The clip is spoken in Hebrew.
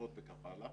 משאבות וכך הלאה,